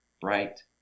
bright